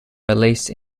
release